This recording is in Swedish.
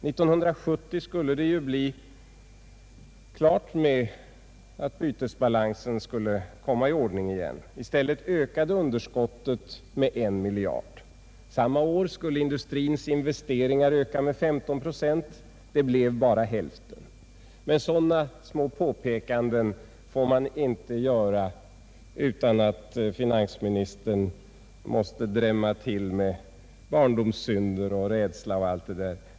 Bytesbalansen skulle ju vara återställd 1970, men i stället ökade underskottet med 1 miljard. Samma år skulle industrins investeringar öka med 15 procent; det blev bara hälften. Sådana påpekanden kan man emellertid inte göra utan att finansministern drämmer till med barndomssynder, rädsla och allt detta.